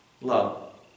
love